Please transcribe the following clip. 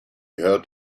heard